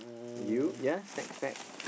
you ya snacks pack